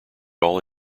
all